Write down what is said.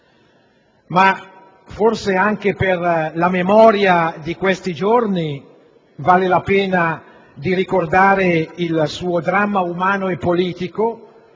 Ma forse, anche per la memoria di questi giorni, vale la pena di ricordare il suo dramma umano e politico